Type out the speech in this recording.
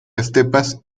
estepas